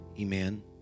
amen